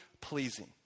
pleasing